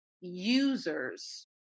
users